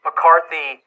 McCarthy